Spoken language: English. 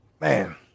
man